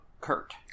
Kurt